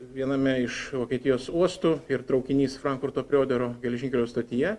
viename iš vokietijos uostų ir traukinys frankfurto prie oderio geležinkelio stotyje